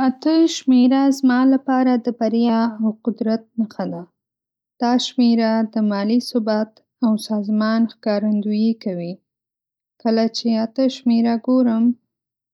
۸ شمېره زما لپاره د بریا او قدرت نښه ده. دا شمېره د مالي ثبات او سازمان ښکارندويي کوي. کله چې ۸ شمېره ګورم،